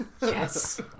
Yes